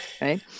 right